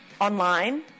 Online